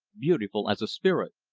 beautiful as a spirit.